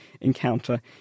encounter